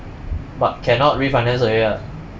but cannot refinance already [what]